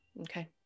Okay